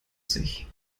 sich